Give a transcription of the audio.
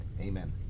Amen